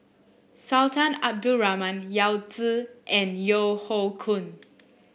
Sultan Abdul Rahman Yao Zi and Yeo Hoe Koon